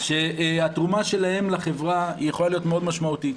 שהתרומה שלהם לחברה יכולה להיות מאוד משמעותית,